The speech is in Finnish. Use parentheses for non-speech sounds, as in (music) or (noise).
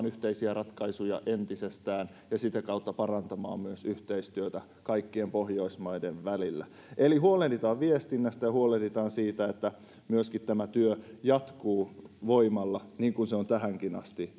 (unintelligible) yhteisiä ratkaisuja entisestään ja sitä kautta parantamaan myös yhteistyötä kaikkien pohjoismaiden välillä eli huolehditaan viestinnästä ja huolehditaan myöskin siitä että tämä työ jatkuu voimalla niin kuin se on tähänkin asti